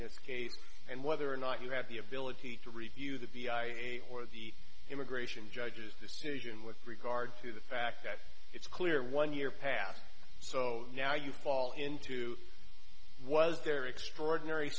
this case and whether or not you have the ability to review the b i a or the immigration judge's decision with regard to the fact that it's clear one year passed so now you fall into was there extraordinary